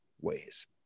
ways